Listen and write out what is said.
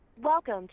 Welcome